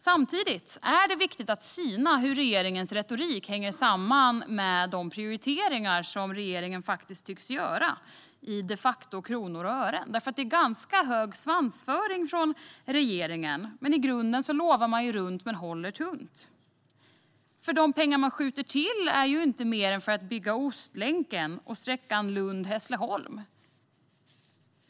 Samtidigt är det viktigt att syna hur regeringens retorik hänger samman med de prioriteringar man de facto gör i kronor och ören. Regeringen har ganska hög svansföring, men i grunden lovar man runt och håller tunt. De pengar man skjuter till är ju inte för mer än att bygga Ostlänken och sträckan Lund-Hässleholm.